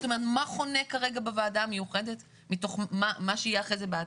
זאת אומרת מה חונה כרגע בוועדה המיוחדת מתוך מה שיהיה בעתיד?